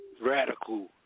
Radical